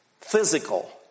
physical